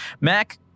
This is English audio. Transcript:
Mac